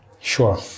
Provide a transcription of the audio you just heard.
Sure